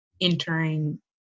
entering